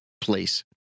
place